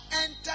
enter